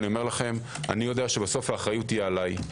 בסוף האחריות היא עליי,